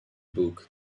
book